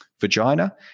vagina